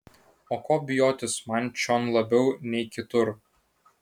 o ko bijotis man čion labiau nei kitur